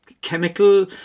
chemical